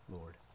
Lord